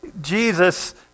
Jesus